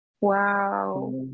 Wow